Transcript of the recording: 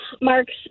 marks